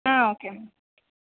ಹಾಂ okay ma'am